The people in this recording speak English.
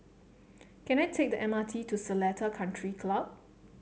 can I take the M R T to Seletar Country Club